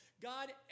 God